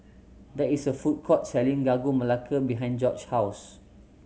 there is a food court selling Sagu Melaka behind Jorge's house